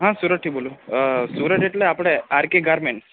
હ સુરતથી બોલું સુરજ એટલે આપણે આરકે ગારમેન્ટ્સ